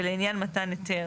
ולעניין מתן היתר